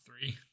three